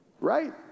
right